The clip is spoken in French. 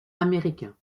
américain